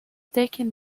taken